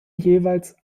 jeweils